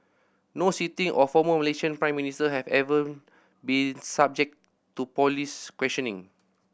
no sitting or former Malaysian Prime Minister has ever been subject to police questioning